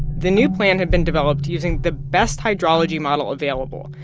the new plan had been developed using the best hydrology model available,